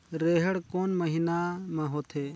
रेहेण कोन महीना म होथे?